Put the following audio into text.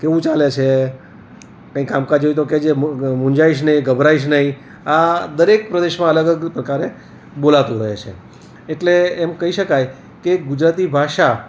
કેવું ચાલે છે કંઈ કામકાજ હોય તો કેજે મુંજાઈશ નઈ ગભરાઈશ નઈ આ દરેક પ્રદેશમાં અલગ અલગ પ્રકારે બોલાતું રહે છે એટલે એમ કહી શકાય કે ગુજરાતી ભાષા